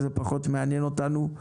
זה פחות מעניין אותנו.